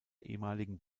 ehemaligen